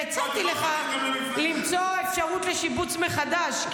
והצעתי לך למצוא אפשרות לשיבוץ מחדש,